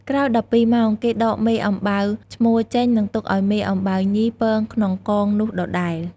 ក្រោយ១២ម៉ោង គេដកមេអំបៅឈ្មោលចេញ នឹងទុកឱ្យមេអំបៅញីពងក្នុងកងនោះដដែល។